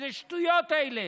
איזה שטויות אלה?